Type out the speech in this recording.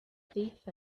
thief